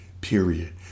period